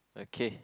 okay